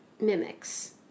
mimics